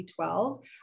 B12